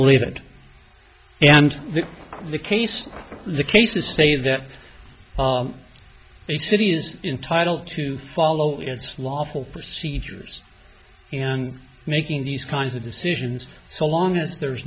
believe it and in the case the cases say that a city is entitle to follow its lawful procedures and making these kinds of decisions so long as there